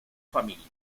familia